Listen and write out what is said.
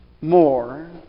More